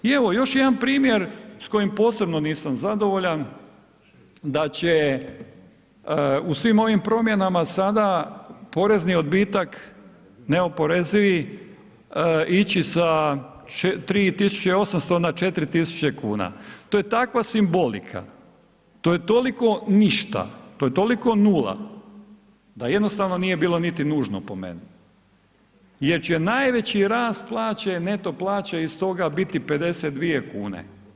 I evo još jedan primjer s kojim posebno nisam zadovoljan, da će u svim ovim promjenama sada, porezni odbitak neoporezivi, ići sa 3800 na 4000 kuna, to je takva simbolika, to je toliko ništa, to je toliko nula, da jednostavno nije bilo niti nužno po meni jer će najveći rast plaće, neto plaće iz toga biti 52 kune.